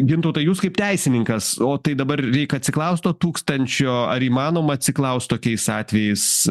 gintautai jūs kaip teisininkas o tai dabar reikia atsiklaust to tūkstančio ar įmanoma atsiklaust tokiais atvejais